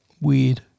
Weird